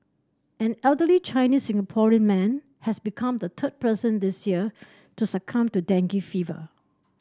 an elderly Chinese Singaporean man has become the third person this year to succumb to dengue fever